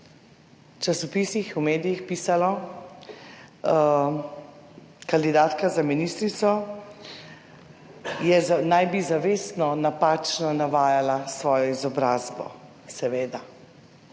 v časopisih, v medijih pisalo kandidatka za ministrico je, naj bi zavestno napačno navajala svojo izobrazbo. Seveda,